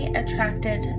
attracted